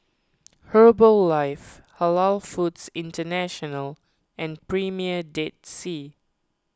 Herbalife Halal Foods International and Premier Dead Sea